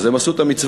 אז הם עשו את המצווה.